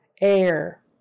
air